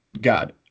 God